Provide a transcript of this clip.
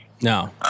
No